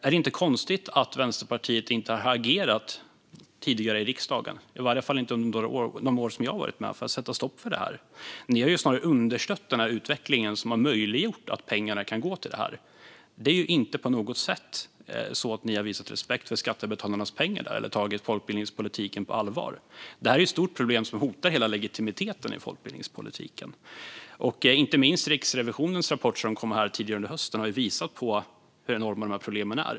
Är det inte konstigt att Vänsterpartiet inte har agerat tidigare i riksdagen för att sätta stopp för detta? Det har i alla fall inte hänt under de år som jag har varit med. Ni har snarare understött den utveckling som har möjliggjort att pengar kan gå till detta. Ni har inte på något sätt visat respekt för skattebetalarnas pengar eller tagit folkbildningspolitiken på allvar. Det här är ett stort problem som hotar hela legitimiteten i folkbildningspolitiken. Inte minst Riksrevisionens rapport som kom tidigare under hösten har visat hur enorma problemen är.